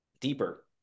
deeper